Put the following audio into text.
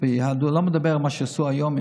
הוא עשה את זה בחוכמה.